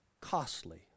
costly